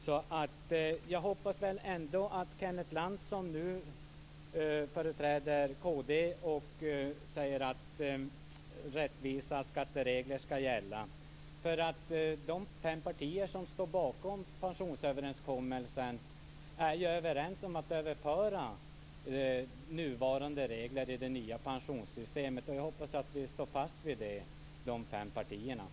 Kenneth Lantz, som företräder kd, säger att rättvisa skatteregler skall gälla. De fem partier som står bakom pensionsöverenskommelsen är ju överens om att överföra nuvarande regler i det nya pensionssystemet. Jag hoppas att dessa fem partier står fast vid det.